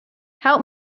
help